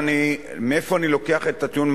מאיפה אני לוקח את הטיעון,